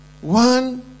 One